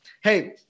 Hey